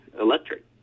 electric